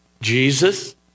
Jesus